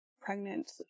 pregnant